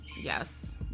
Yes